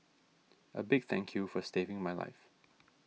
a big thank you for saving my life